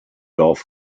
golf